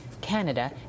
Canada